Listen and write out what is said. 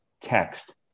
text